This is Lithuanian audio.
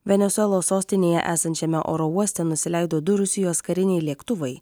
venesuelos sostinėje esančiame oro uoste nusileido du rusijos kariniai lėktuvai